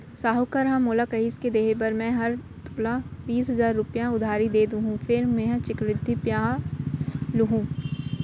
साहूकार ह मोला कहिस के देहे बर मैं हर तोला बीस हजार रूपया उधारी दे देहॅूं फेर मेंहा चक्रबृद्धि बियाल लुहूं